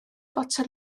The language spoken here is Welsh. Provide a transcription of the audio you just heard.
fotel